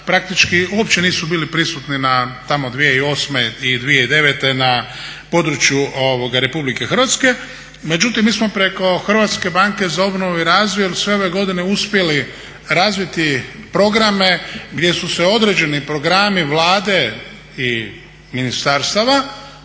praktički uopće nisu bili prisutni tamo 2008. i 2009. na području Republike Hrvatske. Međutim, mi smo preko Hrvatske banke za obnovu i razvoj sve ove godine uspjeli razviti programe gdje su se određeni programi Vlade i ministarstava,